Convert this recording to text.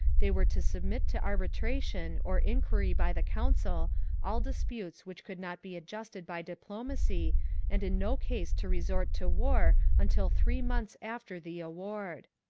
they were to submit to arbitration or inquiry by the council all disputes which could not be adjusted by diplomacy and in no case to resort to war until three months after the award.